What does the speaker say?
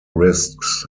risks